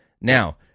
Now